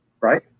right